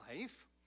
life